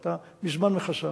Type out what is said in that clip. היא היתה מזמן מכסה.